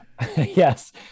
yes